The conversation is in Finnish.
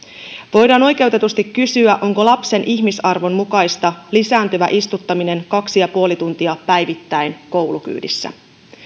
voidaan oikeutetusti kysyä onko lapsen ihmisarvon mukaista lisääntyvä istuttaminen koulukyydissä kaksi pilkku viisi tuntia päivittäin